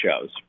shows